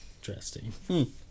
Interesting